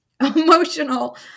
emotional